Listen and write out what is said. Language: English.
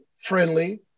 friendly